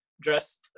dressed